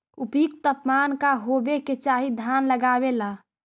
उपयुक्त तापमान का होबे के चाही धान लगावे ला?